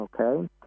Okay